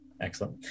excellent